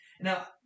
Now